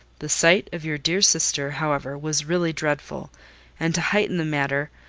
the sight of your dear sister, however, was really dreadful and, to heighten the matter,